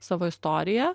savo istorija